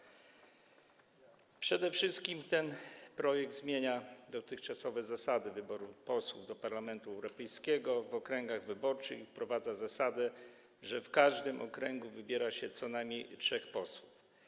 Projekt ten przede wszystkim zmienia dotychczasowe zasady wyboru posłów do Parlamentu Europejskiego w okręgach wyborczych i wprowadza zasadę, że w każdym okręgu wybiera się co najmniej trzech posłów.